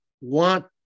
want